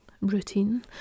routine